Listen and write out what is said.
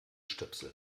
stöpsel